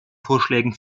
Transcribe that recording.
vorschlägen